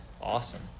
awesome